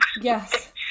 Yes